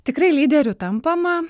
tikrai lyderiu tampama